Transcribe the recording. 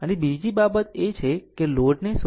અને બીજી બાબત એ છે કે લોડ ને 0